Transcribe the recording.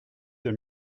deux